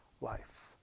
life